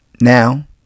now